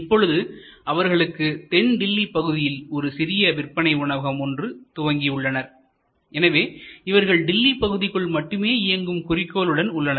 இப்பொழுது அவர்களுக்கு தென் டில்லி பகுதியிலும் ஒரு சிறிய விற்பனை உணவகம் ஒன்று துவங்கியுள்ளனர் எனவே இவர்கள் டில்லி பகுதிக்குள் மட்டுமே இயங்கும் குறிக்கோளுடன் உள்ளனர்